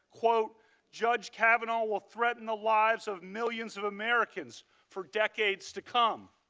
quote judge kavanaugh will threaten the lives of millions of americans for decades to come.